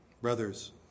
brothers